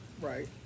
Right